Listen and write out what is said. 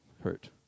hurt